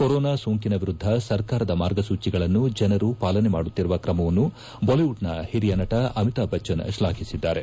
corona ಸೋಂಕಿನ ವಿರುದ್ಧ ಸರ್ಕಾರದ ಮಾರ್ಗಸೂಚಿಗಳನ್ನು ಜನರು ಪಾಲನೆ ಮಾಡುತ್ತಿರುವ ಕ್ರಮವನ್ನು ಬಾಲಿವುಡ್ನ ಹಿರಿಯ ನಟ ಅಮಿತಾಭ್ ಬಚ್ಟನ್ ಶ್ಲಾಘಿಸಿದ್ದಾರೆ